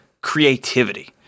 creativity